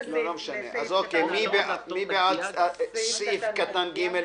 מי בעד סעיף קטן (ג)?